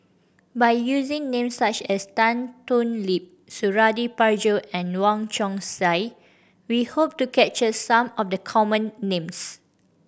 by using names such as Tan Thoon Lip Suradi Parjo and Wong Chong Sai we hope to capture some of the common names